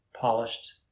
polished